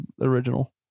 original